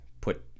put